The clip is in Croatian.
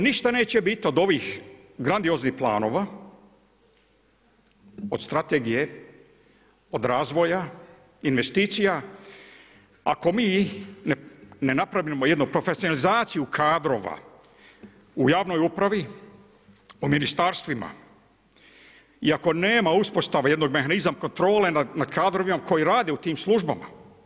Ništa neće biti od ovih grandioznih planova od strategije, od razvoja, investicija ako mi ne napravimo jednu profesionalizaciju kadrova u javnoj upravi u ministarstvima i ako nema uspostave jednog mehanizma kontrole nad kadrovima koji rade u tim službama.